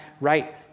right